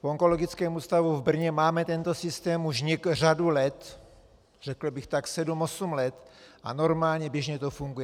V Onkologickém ústavu v Brně máme tento systém už řadu let, řekl bych tak sedm osm let, a normálně běžně to funguje.